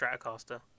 Stratocaster